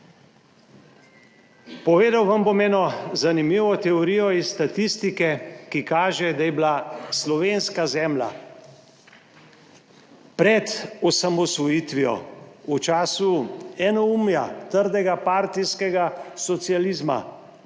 Povedal vam bom eno zanimivo teorijo iz statistike, ki kaže, da je bila slovenska zemlja pred osamosvojitvijo, v času enoumja, trdega partijskega socializma,